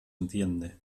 enciende